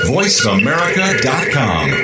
VoiceAmerica.com